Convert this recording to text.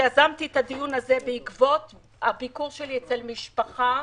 יזמתי את הדיון הזה בעקבות הביקור שלי אצל משפחה.